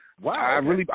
wow